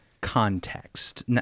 context